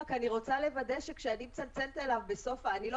רק אני רוצה לוודא שכשאני מצלצלת אליו בסוף אני לא